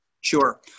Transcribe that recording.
Sure